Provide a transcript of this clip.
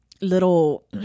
little